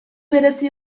berezi